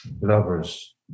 Lovers